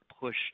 push